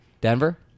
Denver